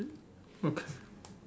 okay